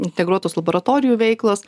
integruotos laboratorijų veiklos